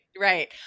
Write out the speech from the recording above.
Right